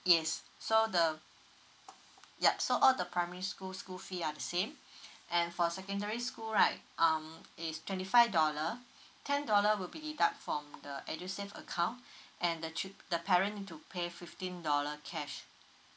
yes so the yup so all the primary school school fee are the same and for secondary school right um is twenty five dollar ten dollar will be deduct from the edusave account and the t~ the parent to pay fifteen dollar cash